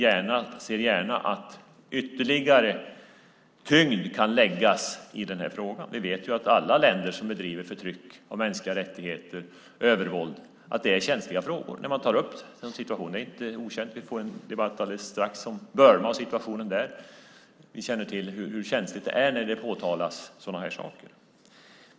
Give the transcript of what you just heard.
Vi ser gärna att ytterligare tyngd kan läggas på denna fråga. Vi vet att det för alla länder som bedriver ett förtryck av mänskliga rättigheter och övervåld är känsliga frågor när de tas upp. Det är inte okänt. Vi får alldeles strax en debatt om Burma och situationen där. Vi känner till hur känsligt det är när sådana här saker påtalas.